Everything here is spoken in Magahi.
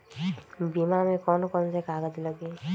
बीमा में कौन कौन से कागज लगी?